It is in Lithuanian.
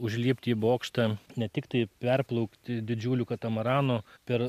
užlipti į bokštą ne tiktai perplaukti didžiuliu katamaranu per